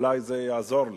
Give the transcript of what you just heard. אולי זה יעזור לי.